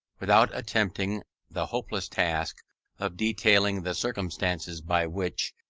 without attempting the hopeless task of detailing the circumstances by which,